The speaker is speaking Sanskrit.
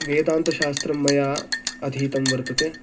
वेदान्तशास्त्रं मया अधीतं वर्तते